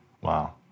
Wow